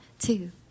two